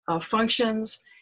functions